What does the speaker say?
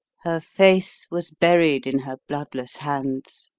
her face was buried in her bloodless hands.